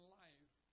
life